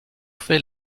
fait